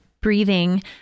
breathing